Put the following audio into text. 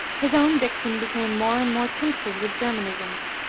his own diction became more and more tinctured with germanisms.